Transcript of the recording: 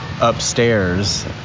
upstairs